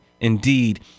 indeed